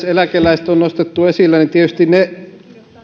eläkeläiset on nostettu esille niin tietysti ne